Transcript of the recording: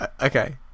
Okay